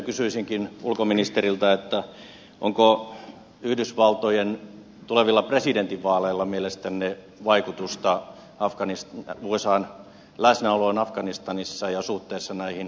kysyisinkin ulkoministeriltä onko yhdysvaltojen tulevilla presidentinvaaleilla mielestänne vaikutusta usan läsnäoloon afganistanissa ja suhteessa ympärysvaltoihin